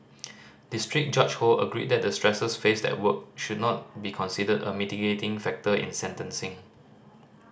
district Judge Ho agreed that the stresses faced at work should not be considered a mitigating factor in sentencing